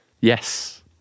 Yes